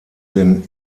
den